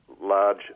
large